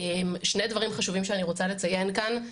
שני דברים חשובים שאני רוצה לציין כאן.